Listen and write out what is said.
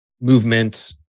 movement